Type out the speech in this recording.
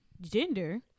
gender